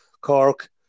Cork